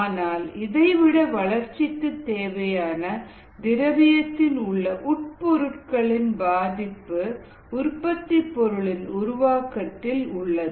ஆனால் இதைவிட வளர்ச்சிக்குத் தேவையான திரவியத்தில் உள்ள உட்பொருட்களின் பாதிப்பு உற்பத்திப் பொருளின் உருவாக்கத்தில் உள்ளது